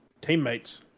teammates